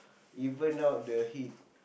even out the heat